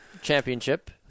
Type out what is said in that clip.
championship